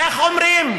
איך אומרים?